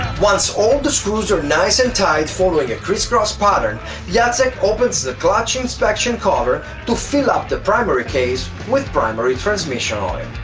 once all the screws are nice and tight following a cris cross pattern jacek yeah like opens the clutch inspection cover to fill up the primary case with primary transmission oil.